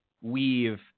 weave